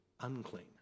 unclean